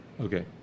Okay